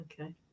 okay